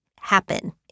happen